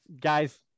Guys